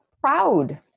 proud